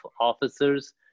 officers